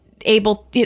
able